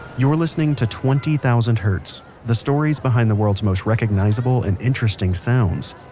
you're listening to twenty thousand hertz. the stories behind the world's most recognizable and interesting sounds.